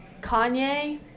Kanye